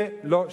זה לא שפיט.